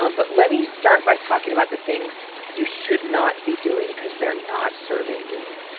um but let me start by talking about the things you should not be doing because they're not serving you.